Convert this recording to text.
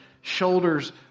shoulders